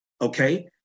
okay